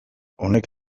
honek